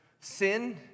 sin